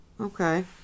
Okay